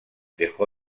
dejó